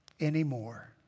anymore